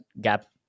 gap